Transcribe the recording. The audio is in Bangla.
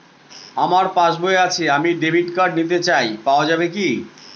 আমার পাসবই আছে আমি ডেবিট কার্ড নিতে চাই পাওয়া যাবে কি?